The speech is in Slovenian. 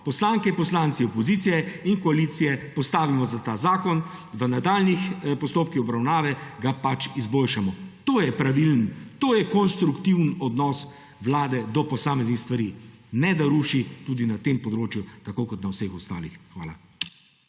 poslanke in poslanci opozicije in koalicije, postavimo za ta zakon, da v nadaljnjih postopkih obravnave ga pač izboljšamo. To je pravilen, to je konstruktiven odnos Vlade do posameznih stvari, ne, da ruši tudi na tem področju, tako kot na vseh ostalih. Hvala.